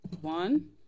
One